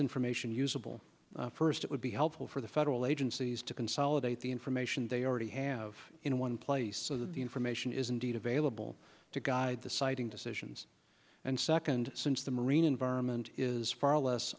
information usable first it would be helpful for the federal agencies to consolidate the information they already have in one place so that the information it is indeed available to guide the siting decisions and second since the marine environment is far less